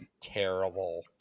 terrible